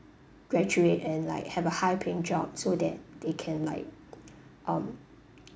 graduate and like have a high paying job so that they can like um